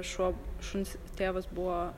šuo šuns tėvas buvo